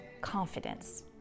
confidence